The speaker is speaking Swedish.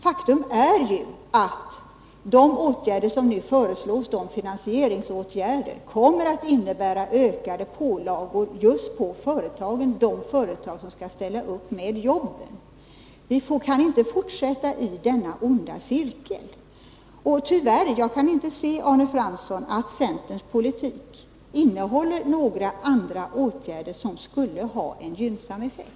Faktum är ju att de finansieringsåtgärder som nu föreslås kommer att innebära ökade pålagor just på de företag som skall ställa upp med jobben. Vi kan inte fortsätta i denna onda cirkel. Jag kan alltså tyvärr inte se, Arne Fransson, att centerns politik innehåller några andra åtgärder som skulle ha en gynnsam effekt.